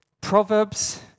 Proverbs